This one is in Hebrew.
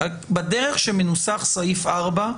בדרך שמנוסח סעיף (4),